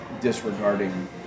disregarding